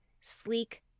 sleek